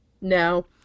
No